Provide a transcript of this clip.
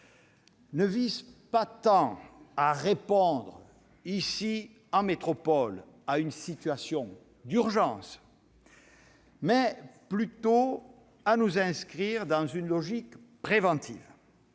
ne visent pas tant à répondre, ici, en métropole, à une situation d'urgence, qu'à nous inscrire dans une logique préventive.